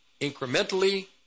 incrementally